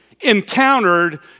encountered